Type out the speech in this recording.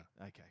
okay